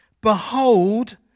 behold